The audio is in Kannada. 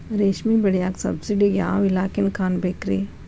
ರೇಷ್ಮಿ ಬೆಳಿಯಾಕ ಸಬ್ಸಿಡಿಗೆ ಯಾವ ಇಲಾಖೆನ ಕಾಣಬೇಕ್ರೇ?